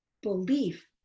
belief